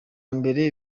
mbere